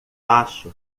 acho